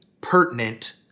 pertinent